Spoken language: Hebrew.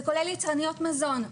זה כולל יצרניות מזון,